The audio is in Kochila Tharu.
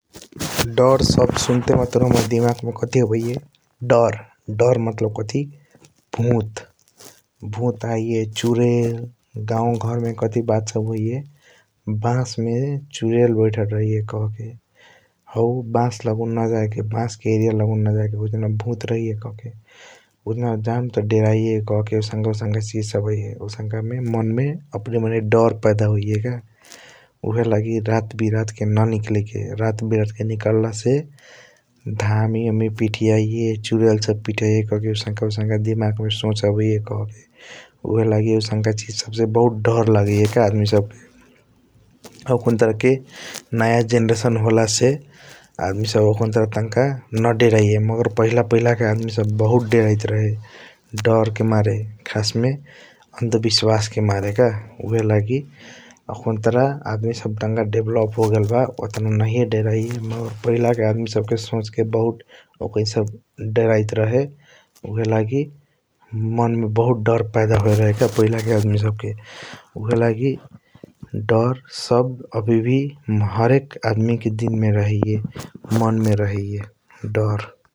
दर सबद सुनते मातुर हाम्रा दिमाग मे कथी आबाइया दर दर मतलब कथी भूत भूत आइय चुड़ेल गऊ घर मे कथी बात होइया कहके । बास मे चुड़ेल बैठाल रहाइए कहके हाऊ बास लागून न जायके बास के एरिया लागून न जायके कहके उजूना भूत रहैया कहके । उजना जाम त डेराइया कहके आउसनका आउंसका चीज सब रहैया आउसनका मन मे अपने दर पैदा होइया का । ऊहएलगी रात बिरत के न निकले के रात बिरत के निकाला से धामी ओमी पीठियाईया चुड़ेल पीठियाईया आउसाँका आउंसका दिमाग मे सोच आबाइया । कहके ऊहएलगी आउसनका आउसनका चीज सब से बहुत दर लगिएय का आदमी सब के आखुनतार के नया जनरेशन होला से आदमी सब आखुनतार टंक नडरैया । मगर पहिला पहिला के अमदी सब बहुत डेराइट रहे दर के मारे खस मे आंदबिस्वास के मारे का उहएकगी आउकहुनतार आदमी सब तनक देवलोप होगेल बा । ओटना नहिया डेराइया मगर पहिला के आदमी सब सोच के ओकनी सब बहुत डेराइट रहे ऊहएलगी मन मे बहुत दर पैदा होयल रहे पहिला के अदमि से के । ऊहएलगी दर सबद हर्क आदमी के दिल मे मन मे रहैया दर ।